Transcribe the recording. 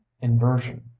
inversion